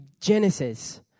Genesis